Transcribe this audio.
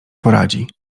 poradzi